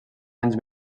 anys